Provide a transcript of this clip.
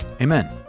Amen